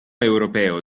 europeo